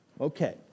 okay